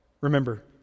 remember